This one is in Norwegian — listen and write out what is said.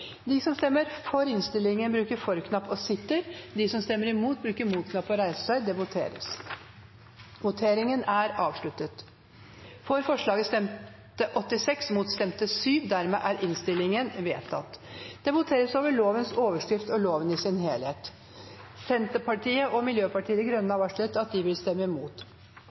De Grønne har varslet at de vil stemme imot. Det voteres over lovens overskrift og loven i sin helhet. Senterpartiet og Miljøpartiet De Grønne har varslet at de vil stemme imot.